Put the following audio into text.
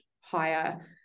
higher